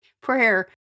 prayer